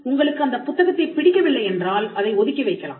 உங்களுக்கு அந்த புத்தகத்தைப் பிடிக்கவில்லை என்றால் அதை ஒதுக்கி வைக்கலாம்